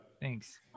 Thanks